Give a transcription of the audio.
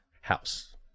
house